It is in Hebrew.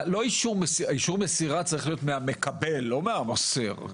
אישור מסירה צריך להיות מהמקבל ולא מהמוסר.